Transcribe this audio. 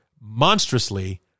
monstrously